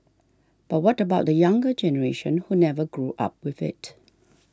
but what about the younger generation who never grew up with it